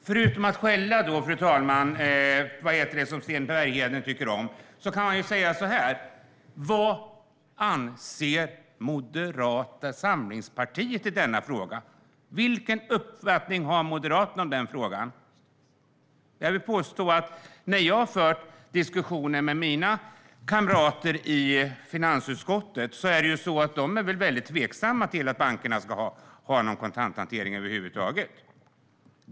Fru talman! Förutom att skälla, som Sten Bergheden tycker om att göra, kan man fråga vad Moderata samlingspartiet anser. Vilken uppfattning har Moderaterna i frågan? Efter att ha fört diskussioner med mina kamrater i finansutskottet vill jag påstå att de är väldigt tveksamma till att bankerna ska ha kontanthantering över huvud taget.